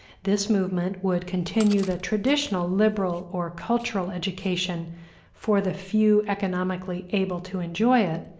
this movement would continue the traditional liberal or cultural education for the few economically able to enjoy it,